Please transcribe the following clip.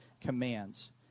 commands